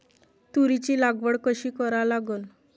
तुरीची लागवड कशी करा लागन?